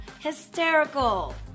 Hysterical